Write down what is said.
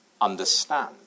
understand